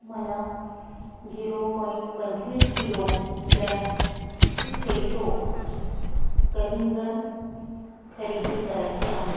मला zero point पंचवीस kilogram Fresho कलिंगड खरेदी करायचे आहे